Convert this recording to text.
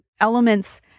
elements